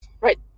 right